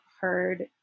heard